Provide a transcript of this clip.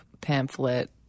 pamphlet